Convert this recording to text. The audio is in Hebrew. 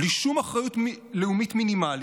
בלי שום אחריות לאומית מינימלית,